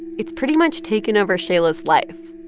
it's pretty much taken over shaila's life.